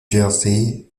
jersey